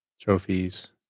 Trophies